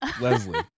Leslie